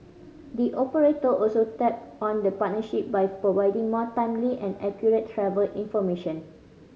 the operator also tap on the partnership by providing more timely and accurate travel information